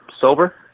sober